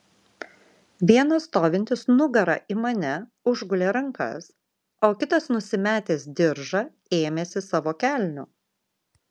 vienas stovintis nugara į mane užgulė rankas o kitas nusimetęs diržą ėmėsi savo kelnių